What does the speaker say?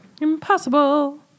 Impossible